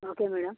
okay madam